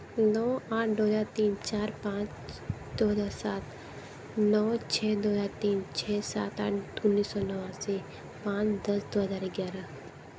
नौ आठ दो हज़ार तीन चार पाँच दो हज़ार सात नौ छः दो हज़ार तीन छः सात आठ उन्नीस सौ नवासी पाँच दस दो हज़ार ग्यारह